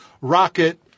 rocket